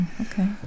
okay